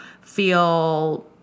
feel